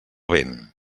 vent